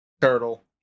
turtle